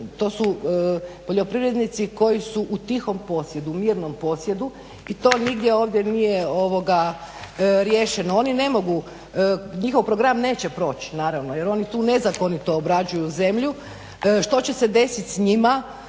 to su poljoprivrednici koji su u tihom posjedu, mirnom posjedu i to nigdje ovdje nije riješeno. Oni ne mogu, njihov program neće proć naravno jer oni tu nezakonito obrađuju zemlju. Što će se desit s njima